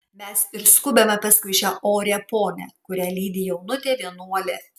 mes ir skubame paskui šią orią ponią kurią lydi jaunutė vienuolė